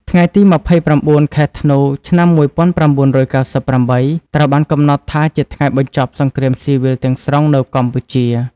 ថ្ងៃទី ២៩ ខែធ្នូ ឆ្នាំ ១៩៩៨ ត្រូវបានកំណត់ថាជាថ្ងៃបញ្ចប់សង្គ្រាមស៊ីវិលទាំងស្រុងនៅកម្ពុជា។